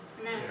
Amen